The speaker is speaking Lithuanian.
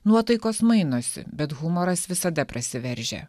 nuotaikos mainosi bet humoras visada prasiveržia